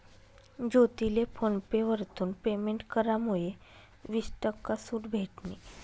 ज्योतीले PhonePe वरथून payment करामुये वीस टक्का सूट भेटनी